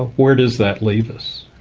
where does that leave us?